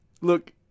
Look